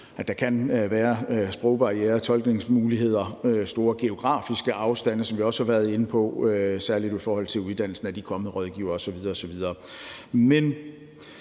at der kan være sprogbarrierer, tolkningsmuligheder og store geografiske afstande, som vi også har været inde på, særlig i forhold til uddannelsen af de kommende rådgivere osv.